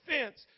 offense